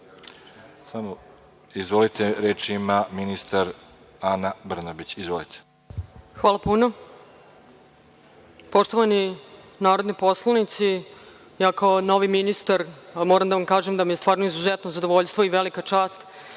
reč? Izvolite, reč ima ministar Ana Brnabić. **Ana Brnabić** Hvala puno. Poštovani narodni poslanici, kao novi ministar moram da vam kažem da mi je stvarno izuzetno zadovoljstvo i velika čast